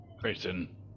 Grayson